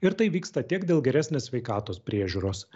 ir tai vyksta tiek dėl geresnės sveikatos priežiūros